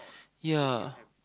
ya